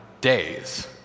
days